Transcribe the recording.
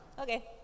okay